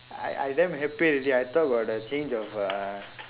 I I damn happy already I thought got a change of uh